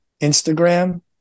Instagram